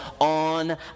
on